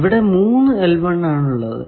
ഇവിടെ 3 ആണ് ഉള്ളത്